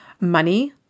Money